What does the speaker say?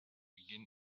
begin